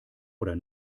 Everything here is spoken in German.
oder